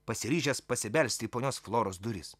pasiryžęs pasibelsti į ponios floros duris